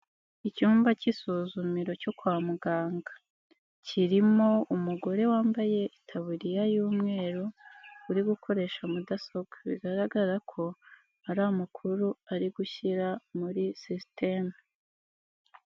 Icyumba cy'isuzumiro cyo kwa muganga, kirimo umugore wambaye itaburiya y'umweru uri gukoresha mudasobwa, bigaragara ko hari amakuru ari gushyira muri sisiteme.